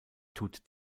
tut